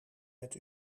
met